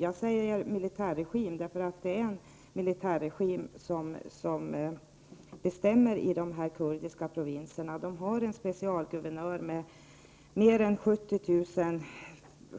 Jag säger militärregim, därför att det är en militärregim som bestämmer i de här kurdiska provinserna. Det finns en specialguvernör, som har mer än 70 000